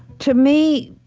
to me,